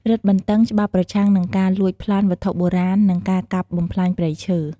រឹតបន្តឹងច្បាប់ប្រឆាំងនឹងការលួចប្លន់វត្ថុបុរាណ និងការកាប់បំផ្លាញព្រៃឈើ។